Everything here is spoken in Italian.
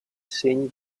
segni